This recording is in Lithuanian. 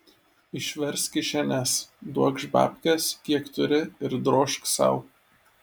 išversk kišenes duokš babkes kiek turi ir drožk sau